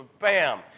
Bam